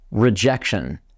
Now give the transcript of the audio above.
rejection